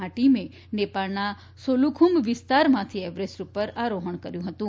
આ ટીમે નેપાળના સોલુખુમ્બુ વિસ્તારમાં થી એવરેસ્ટ ઉપર આરોહણ કર્યું હતું